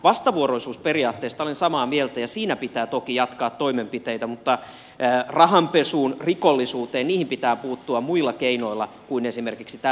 vastavuoroisuusperiaatteesta olen samaa mieltä ja siinä pitää toki jatkaa toimenpiteitä mutta rahanpesuun rikollisuuteen pitää puuttua muilla keinoilla kuin esimerkiksi tällä lakialoitteella